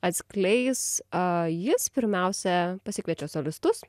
atskleis jis pirmiausia pasikviečia solistus